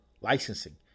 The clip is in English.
licensing